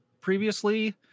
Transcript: previously